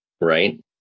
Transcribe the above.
right